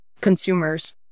consumers